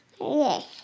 Yes